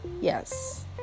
yes